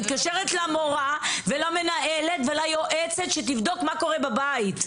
מתקשרת למורה ולמנהלת וליועצת שתבדוק מה קורה בבית,